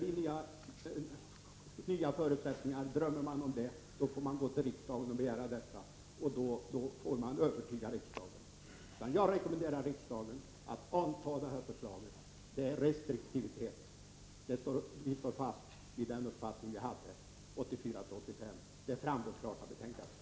Skall det bli nya förutsättningar, och drömmer man om det, då får man gå till riksdagen och begära det och övertyga riksdagen. Jag rekommenderar riksdagen att anta detta förslag. Det innebär restriktivitet. Vi står fast vid den uppfattning vi hade 1984/85. Det framgår klart av betänkandet.